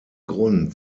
grund